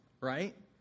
Right